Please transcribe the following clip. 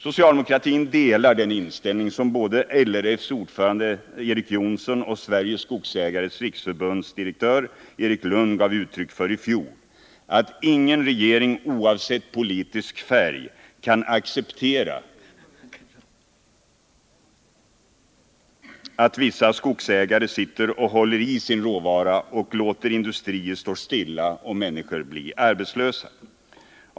Socialdemokratin delar den inställning som både LRF:s ordförande Erik Jonsson och Sveriges skogsägareföreningars riksförbunds direktör Erik Lundh gav uttryck för i fjol, att ingen regering, oavsett politisk färg, kan acceptera att vissa skogsägare sitter och håller i sin råvara och låter industrier stå stilla och människor bli arbetslösa.